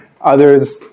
others